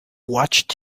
watched